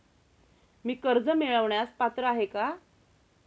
मी कर्ज मिळवण्यास पात्र आहे का?